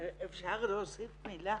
אפשר להוסיף מילה?